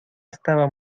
estaba